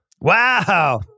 Wow